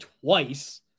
twice